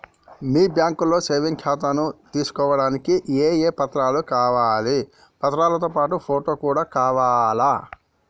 మీ బ్యాంకులో సేవింగ్ ఖాతాను తీసుకోవడానికి ఏ ఏ పత్రాలు కావాలి పత్రాలతో పాటు ఫోటో కూడా కావాలా?